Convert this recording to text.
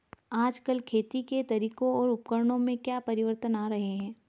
आजकल खेती के तरीकों और उपकरणों में क्या परिवर्तन आ रहें हैं?